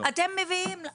התשובה היא לא.